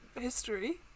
history